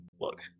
look